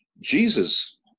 Jesus